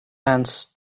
and